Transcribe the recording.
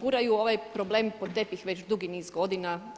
guraju ovaj problem pod tepih već dugi niz godina.